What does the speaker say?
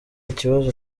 ikibazo